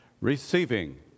receiving